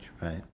right